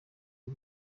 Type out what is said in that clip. y’u